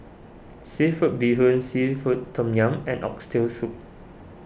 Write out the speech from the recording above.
Seafood Bee Hoon Seafood Tom Yum and Oxtail Soup